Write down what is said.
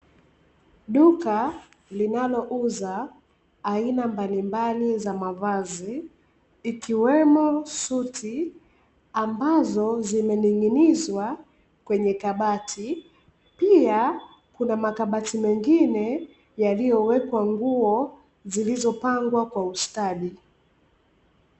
Duka linalo uza aina mbalimbali za mavazi, ikiwemo suti ambazo zimening`inizwa kwenye kabati pia kuna makabati, mengine yaliyowekwa nguo zilizopangwa kwa ustadi.